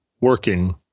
working